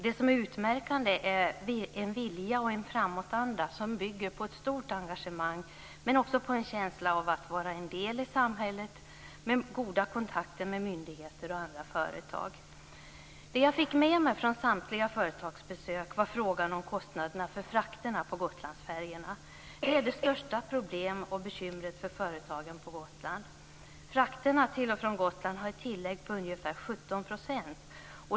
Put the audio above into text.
Det som är utmärkande är en vilja och en framåtanda som bygger på ett stort engagemang men också på en känsla av att man är en del av samhället med goda kontakter med myndigheter och andra företag. Det som jag fick med mig från samtliga företagsbesök var frågan om kostnaderna för frakterna på Gotlandsfärjorna. Det är det största problemet och bekymret för företagen på Gotland. Frakterna till och från Gotland har ett tillägg på ungefär 17 %.